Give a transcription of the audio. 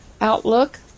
Outlook